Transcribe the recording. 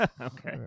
Okay